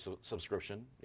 subscription